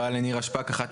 יפה.